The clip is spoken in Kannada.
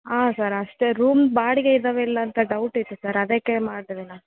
ಹಾಂ ಸರ್ ಅಷ್ಟೆ ರೂಮ್ ಬಾಡಿಗೆ ಇದ್ದಾವೆ ಇಲ್ಲ ಅಂತ ಡೌಟ್ ಇತ್ತು ಸರ್ ಅದಕ್ಕೆ ಮಾಡಿದ್ವಿ ನಾವು